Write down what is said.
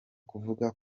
kuvuga